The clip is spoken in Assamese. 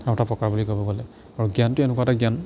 আৰু এটা প্ৰকাৰ বুলি ক'ব গ'লে আৰু জ্ঞানটো এনেকুৱা এটা জ্ঞান